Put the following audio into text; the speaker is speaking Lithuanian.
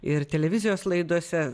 ir televizijos laidose